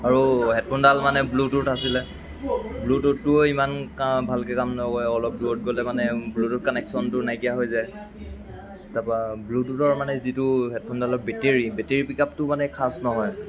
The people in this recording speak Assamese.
আৰু হেডফোনডাল মানে ব্লুটোথ আছিলে ব্লুটোথটোৱেও ইমান ভালকৈ কাম নকৰে অলপ দূৰত গ'লে মানে ব্লুটোথ কানেকশ্যনটো নাইকিয়া হৈ যায় তাৰপৰা ব্লুটোথৰ মানে যিটো হেডফোনডালৰ বেটেৰী বেটেৰী পিকআপটো মানে খাচ নহয়